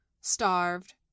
starved